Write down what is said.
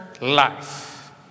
life